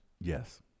Yes